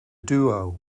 duo